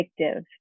addictive